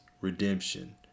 redemption